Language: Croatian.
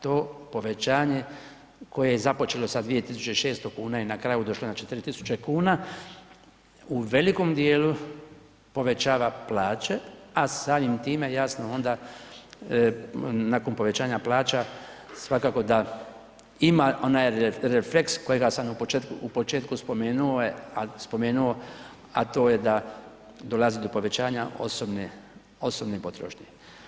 To povećanje koje je započelo sa 2600 i na kraju došlo na 4 tisuće kuna u velikom dijelu povećava plaće, a samim time, jasno onda, nakon povećanja plaća svakako da ima onaj refleks kojega sam u početku spomenuo, a to je da dolazi do povećanja osobne potrošnje.